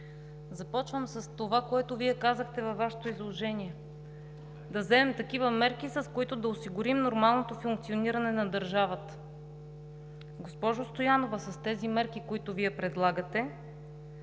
Започвам с това, което казахте във Вашето изложение – да вземем такива мерки, с които да осигурим нормалното функциониране на държавата. Госпожо Стоянова, тези мерки, които Вие предлагате,